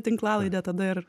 tinklalaidę tada ir